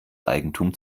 eigentum